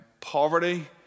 poverty